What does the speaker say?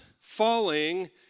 falling